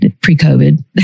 pre-COVID